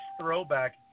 throwback